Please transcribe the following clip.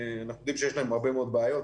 אנחנו יודעים שיש להם הרבה מאוד בעיות,